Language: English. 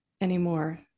anymore